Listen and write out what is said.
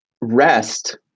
rest